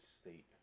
state